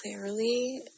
clearly